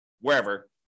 wherever